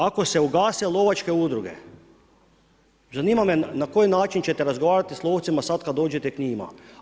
Ako se ugase lovačke udruge, zanima me na koji način ćete razgovarati s lovcima sad kad dođete k njima?